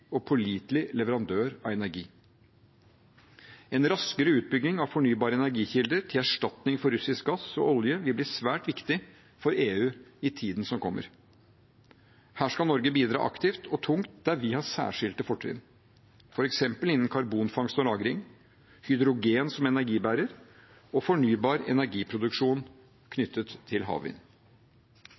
og pålitelig leverandør av energi. En raskere utbygging av fornybare energikilder til erstatning for russisk gass og olje vil bli svært viktig for EU i tiden som kommer. Her skal Norge bidra aktivt og tungt der vi har særskilte fortrinn, f.eks. innen karbonfangst og -lagring, hydrogen som energibærer og fornybar energiproduksjon knyttet til havvind.